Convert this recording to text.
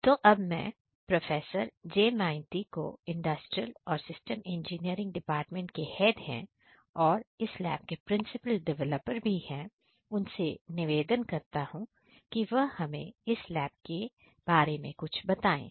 तो मैं अब प्रोफेसर जे मांइती जो इंडस्ट्रियल और सिस्टम इंजीनियरिंग डिपार्टमेंट के हेड है और इस लैब के प्रिंसिपल डेवलपर भी है उन से निवेदन करता हूं कि वह हमें इस लैब के बारे में कुछ बताएं